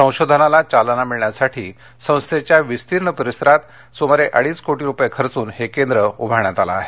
संशोधनाला चालना मिळण्यासाठी संस्थेच्या विस्तीर्ण परिसरात सुमारे अडीच कोटी खर्चून हे केंद्र उभारण्यात आले आहे